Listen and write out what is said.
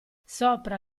sopra